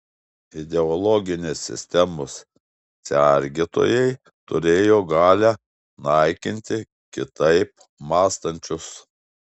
ideologinės sistemos sergėtojai turėjo galią naikinti kitaip mąstančius